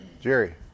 Jerry